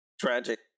Tragic